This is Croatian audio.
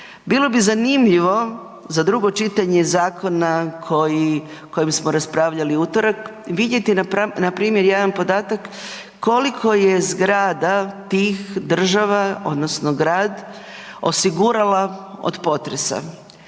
bilo bi zanimljivo za drugo čitanje zakona koji, o kojem smo raspravljali u utorak vidjeti npr. jedan podatak koliko je zgrada tih država odnosno grad osigurala od potresa.